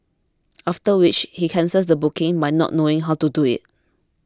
after which he cancels the booking by not knowing how to do it